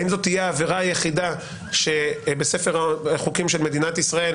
האם זאת תהיה העבירה היחידה בספר החוקים של מדינת ישראל